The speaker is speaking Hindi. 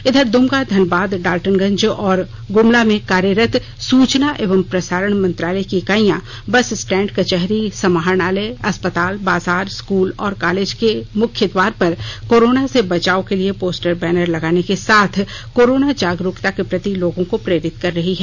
इधर द्रमका धनबाद डालटनगंज और गुमला में कार्यरत सूचना एवं प्रसारण मंत्रालय की इकाइयां बस स्टैंड कचहरी समाहरणालय अस्पताल बाजार स्कूल और कॉलेजों के मुख्य द्वार पर कोरोना से बचाव के लिए पोस्टर बैनर लगाने के साथ कोरोना जागरुकता के प्रति लोगों को प्रेरित कर रही है